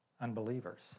Unbelievers